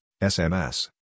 SMS